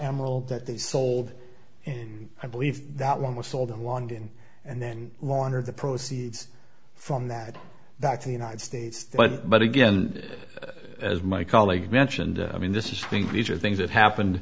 emerald that they sold i believe that one was sold in london and then laundered the proceeds from that back to the united states but but again as my colleague mentioned i mean this is think these are things that happened